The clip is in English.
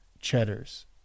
Cheddars